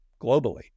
globally